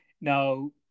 Now